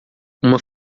uma